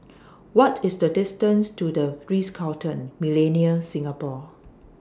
What IS The distance to The Ritz Carlton Millenia Singapore